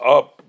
up